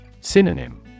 Synonym